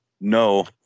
no